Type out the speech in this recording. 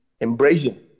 embracing